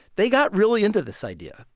they got really into this idea.